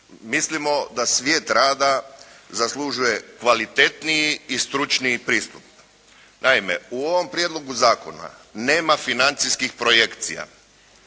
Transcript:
Mislimo da svijet rada zaslužuje kvalitetniji i stručniji pristup. Naime, u ovom prijedlogu zakona nema financijskih projekcija,